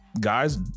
guys